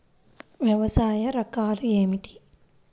వ్యవసాయ రకాలు ఏమిటి?